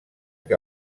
que